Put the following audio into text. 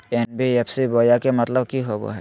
NBFC बोया के मतलब कि होवे हय?